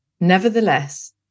Nevertheless